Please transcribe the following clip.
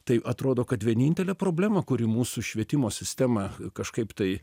tai atrodo kad vienintelė problema kuri mūsų švietimo sistemą kažkaip tai